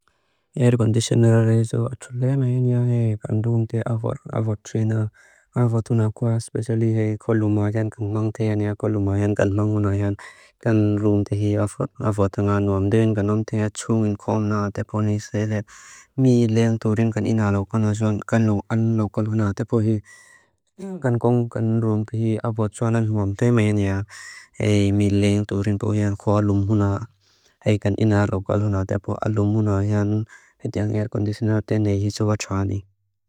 Aerogondicionarezo atulea meinea hei kan rung tia avotrina. Avotuna kwa speciali hei koluma yankan ngong tia niya koluma yankan longuna yan. Kan rung tia hii avotanga nuam duin. Kan rung tia chungin kona teponi sele mi leng turin kan ina lokona joan. Kan lokaluna tepo hii. Kan rung tia hii avotrana nuam duin meinea hei mi leng turin tuyan kolumuna hei kan ina lokaluna. Tepo alumuna yan hitiang aerogondicionarezo tene hii sovachani.